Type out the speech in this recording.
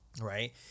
right